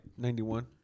91